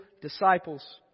disciples